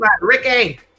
ricky